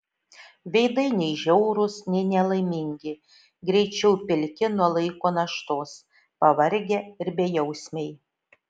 veidai nei žiaurūs nei nelaimingi greičiau pilki nuo laiko naštos pavargę ir bejausmiai